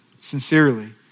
sincerely